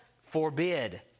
forbid